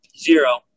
Zero